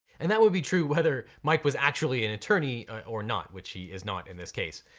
and that would be true whether mike was actually an attorney or not, which he is not in this case.